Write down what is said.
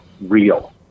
real